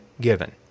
given